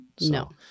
No